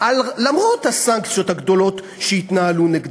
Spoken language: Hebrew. למרות הסנקציות הגדולות שהתנהלו נגדה,